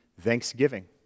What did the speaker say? thanksgiving